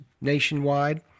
nationwide